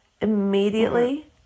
immediately